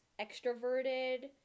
extroverted